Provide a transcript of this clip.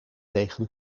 tegen